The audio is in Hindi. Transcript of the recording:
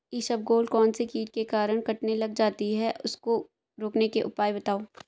इसबगोल कौनसे कीट के कारण कटने लग जाती है उसको रोकने के उपाय बताओ?